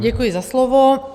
Děkuji za slovo.